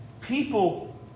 People